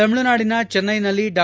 ತಮಿಳುನಾಡಿನ ಚೆನ್ನೈನಲ್ಲಿ ಡಾ